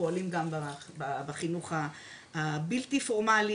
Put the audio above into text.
פועלים גם בחינוך הבלתי פורמלי,